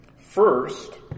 First